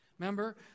Remember